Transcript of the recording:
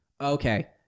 okay